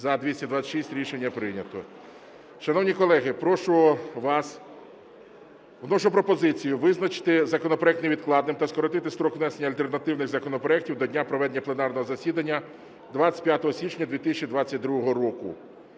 За-226 Рішення прийнято. Шановні колеги, прошу вас… вношу пропозицію визначити законопроект невідкладним та скоротити строк внесення альтернативних законопроектів до дня проведення пленарного засідання 25 січня 2022 року.